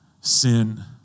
sin